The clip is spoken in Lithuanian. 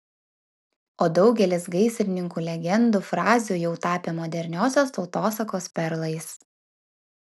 o daugelis gaisrininkų legendų frazių jau tapę moderniosios tautosakos perlais